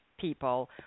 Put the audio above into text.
people